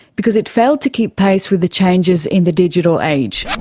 because it failed to keep pace with the changes in the digital age.